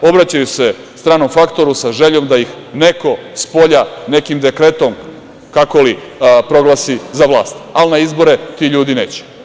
Obraćaju se stranom faktoru sa željom da ih neko spolja nekim dekretom, kako li, proglasi za vlast, ali na izbore ti ljudi neće.